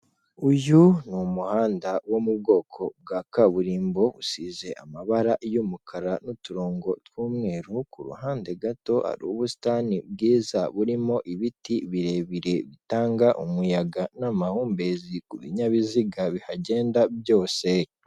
Uyu ni umuhanda wo mu bwoko bwa kaburimbo usize amabara y'umukara n'uturongo t'wuumweru kuruhande gato hari ubusitani bwiza burimo ibiti birebire bitanga umuyaga n'amahumbezi ku binyabiziga bihagenda byose.